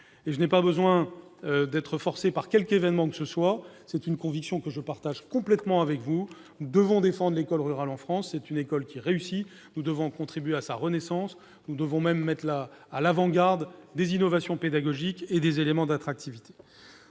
je n'ai pas besoin d'être forcé par quelque événement que ce soit. C'est une conviction que je partage totalement avec vous : nous devons défendre l'école rurale en France, c'est une école qui réussit. Nous devons contribuer à sa renaissance en la plaçant à l'avant-garde des innovations pédagogiques et des éléments d'attractivité.